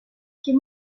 give